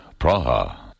Praha